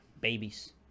Babies